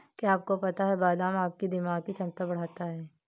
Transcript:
क्या आपको पता है बादाम आपकी दिमागी क्षमता बढ़ाता है?